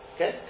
Okay